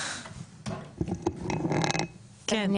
כן?